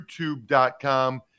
YouTube.com